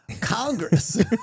Congress